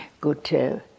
good